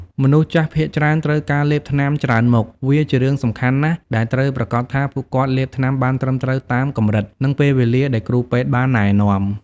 មនុស្សចាស់ភាគច្រើនត្រូវការលេបថ្នាំច្រើនមុខ វាជារឿងសំខាន់ណាស់ដែលត្រូវប្រាកដថាពួកគាត់លេបថ្នាំបានត្រឹមត្រូវតាមកម្រិត និងពេលវេលាដែលគ្រូពេទ្យបានណែនាំ។